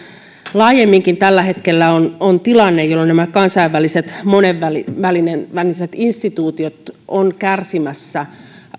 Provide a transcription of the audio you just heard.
laajemminkin tällä hetkellä on on tilanne jolloin nämä kansainväliset monenväliset monenväliset instituutiot ovat kärsimässä